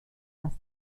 erst